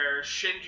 Shinji